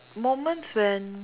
moments when